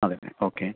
അതുതന്നെ ഓക്കെ